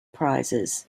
prizes